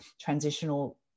transitional